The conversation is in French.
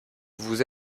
vous